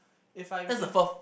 if I if